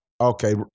okay